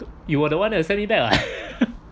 you were the one that sent me back [what]